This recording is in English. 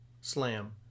slam